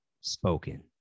spoken